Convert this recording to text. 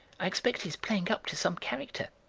i expect he's playing up to some character,